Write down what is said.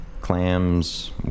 clams